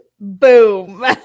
Boom